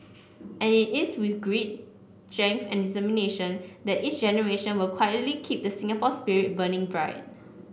and it is with grit and determination that each generation will quietly keep the Singapore spirit burning bright